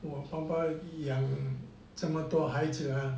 我爸爸养这么多孩子啊